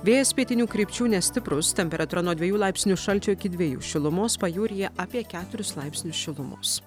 vėjas pietinių krypčių nestiprus temperatūra nuo dviejų laipsnių šalčio iki dviejų šilumos pajūryje apie keturis laipsnius šilumos